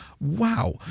wow